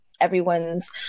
everyone's